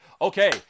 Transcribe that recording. Okay